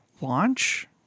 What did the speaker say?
launch